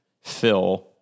Phil